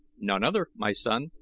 none other, my son,